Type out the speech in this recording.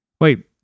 wait